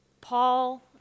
Paul